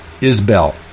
Isbell